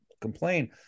complain